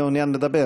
אדוני מעוניין לדבר?